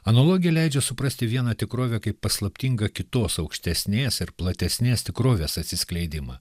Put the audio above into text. analogija leidžia suprasti vieną tikrovę kaip paslaptingą kitos aukštesnės ir platesnės tikrovės atsiskleidimą